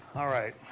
alright.